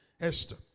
Esther